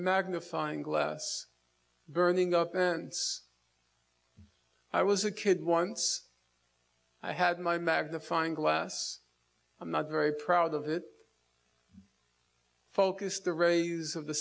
magnifying glass burning up ants i was a kid once i had my magnifying glass i'm not very proud of it focused the rays of the